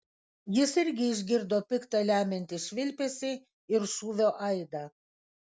jis irgi išgirdo pikta lemiantį švilpesį ir šūvio aidą